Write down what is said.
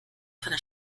seiner